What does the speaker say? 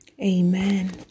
amen